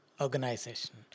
organization